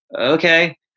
okay